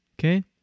okay